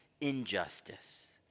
injustice